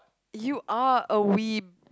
you are a web